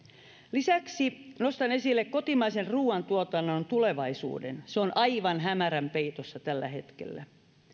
lisäksi nostan esille kotimaisen ruuantuotannon tulevaisuuden se on aivan hämärän peitossa tällä hetkellä